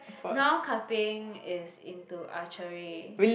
now Ka-Ping is into archery